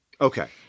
Okay